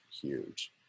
huge